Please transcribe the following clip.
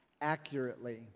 accurately